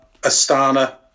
Astana